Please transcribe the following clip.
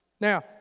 Now